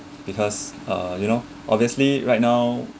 because uh you know obviously right now